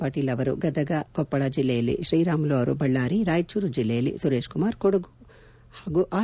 ಪಾಟೀಲ್ ಅವರು ಗದಗ ಕೊಪ್ಪಳ ಜಲ್ಲೆಯಲ್ಲಿ ಶ್ರೀರಾಮುಲು ಅವರು ಬಳ್ಳಾರಿ ರಾಯಚೂರು ಜಲ್ಲೆಯಲ್ಲಿ ಸುರೇಶ್ ಕುಮಾರ್ ಕೊಡಗು ಹಾಗೂ ಆರ್